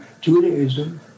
Judaism